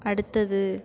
அடுத்தது